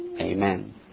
Amen